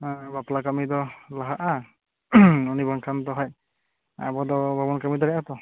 ᱵᱟᱯᱞᱟ ᱠᱟᱹᱢᱤ ᱫᱚ ᱞᱟᱦᱟᱜᱼᱟ ᱩᱱᱤ ᱵᱟᱝ ᱠᱷᱟᱱ ᱫᱚ ᱦᱟᱜ ᱟᱵᱚ ᱫᱚ ᱵᱟᱵᱚᱱ ᱠᱟᱹᱢᱤ ᱫᱟᱲᱮᱜ ᱟᱛᱷᱚ